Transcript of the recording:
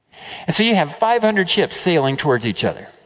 and so you have five hundred ships sailing towards each other.